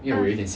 uh